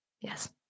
Yes